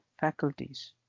faculties